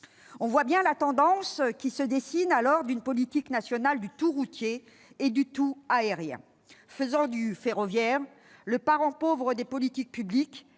On voit bien la tendance qui se dessine, c'est celle d'une politique nationale du tout-routier et du tout-aérien, reléguant le ferroviaire au rang de parent pauvre des politiques publiques.